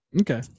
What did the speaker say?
Okay